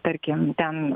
tarkim ten